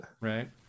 Right